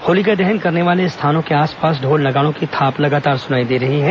होलिका दहन करने वाले स्थान के आसपास ढोल और नगाड़ों की थाप लगातार सुनाई दे रही है